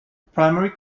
primary